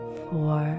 four